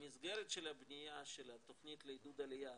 במסגרת של הבנייה של תוכנית לעידוד עלייה,